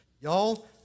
Y'all